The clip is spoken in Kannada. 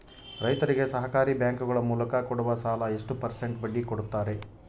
ರೈತರಿಗೆ ಸಹಕಾರಿ ಬ್ಯಾಂಕುಗಳ ಮೂಲಕ ಕೊಡುವ ಸಾಲ ಎಷ್ಟು ಪರ್ಸೆಂಟ್ ಬಡ್ಡಿ ಕೊಡುತ್ತಾರೆ?